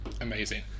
Amazing